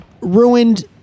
ruined